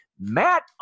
Matt